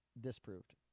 disproved